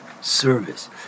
service